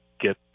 get